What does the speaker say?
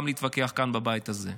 גם להתווכח כאן בבית הזה.